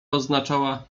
oznaczała